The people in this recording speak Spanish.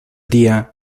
día